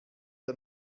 der